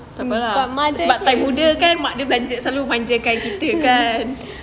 tak apa lah it's sebab masa muda kan mak dia belanja selalu belanja kan kita kan